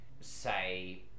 say